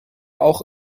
auch